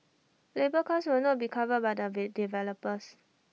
labour cost will not be covered by the we developers